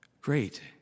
great